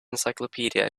encyclopedia